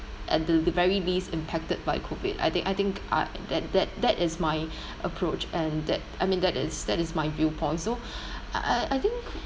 at the the very least impacted by COVID I think I think I that that that is my approach and that I mean that is that is my viewpoint so I I I think